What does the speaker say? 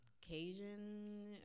Cajun